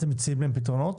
אתם מציעים פתרונות?